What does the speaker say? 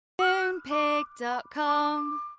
Moonpig.com